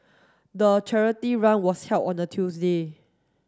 the charity run was held on a Tuesday